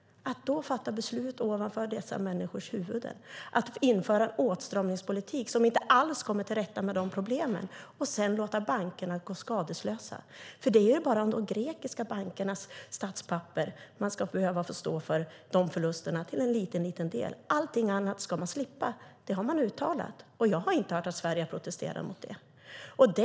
Man fattar beslut ovanför dessa människors huvuden och inför en åtstramningspolitik som inte alls kommer till rätta med problemen, och man låter bankerna gå skadeslösa. Det är bara när det gäller de grekiska bankernas statspapper som man till en liten del ska få stå för förlusterna. Allt annat ska man slippa. Det har man uttalat. Jag har inte hört att Sverige har protesterat mot det.